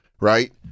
right